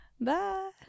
Bye